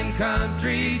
country